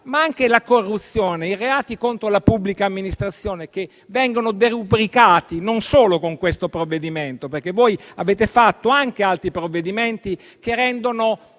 ma anche la corruzione, i reati contro la pubblica amministrazione, che vengono derubricati non solo con questo provvedimento, ma anche con gli altri provvedimenti che avete